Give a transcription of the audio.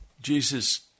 Jesus